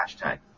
hashtag